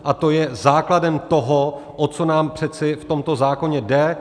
A to je základem toho, o co nám přece v tomto zákoně jde.